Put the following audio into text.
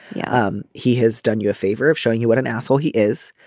yeah um he has done you a favor of showing you what an asshole he is.